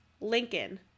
Lincoln